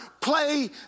play